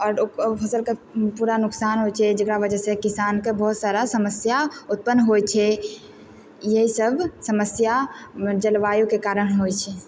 आओर फसलके पूरा नुकसान होइ छै जकरा वजह से किसानके बहुत सारा समस्या उत्पन्न होइ छै ये सब समस्या जलवायुके कारण होइ छै